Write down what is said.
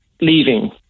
leaving